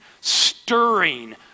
stirring